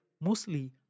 Mostly